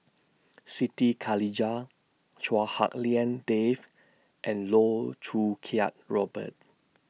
Siti Khalijah Chua Hak Lien Dave and Loh Choo Kiat Robert